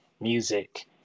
music